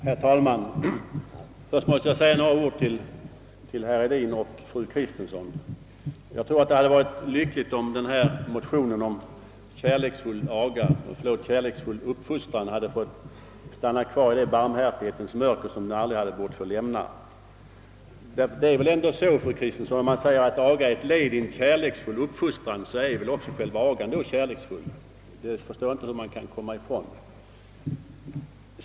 Herr talman! Jag måste först säga några ord till herr Hedin och fru Kristensson. Jag tror att det hade varit lyckligt, om denna motion om kärleksfull aga — förlåt, kärleksfull uppfost ran — hade stannat kvar i det barmhärtighetens mörker som den aldrig bort få lämna. Det är väl ändå så, fru Kristensson, att agan, om den skall vara ett led i en kärleksfull uppfostran, i sig själv måste vara kärleksfull. Jag förstår inte hur man kan komma ifrån detta.